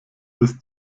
bis